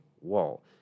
wall